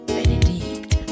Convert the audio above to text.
Benedict